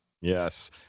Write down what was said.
Yes